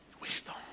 Wisdom